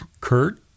Kurt